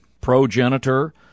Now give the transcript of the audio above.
progenitor